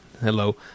hello